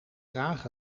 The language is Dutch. graag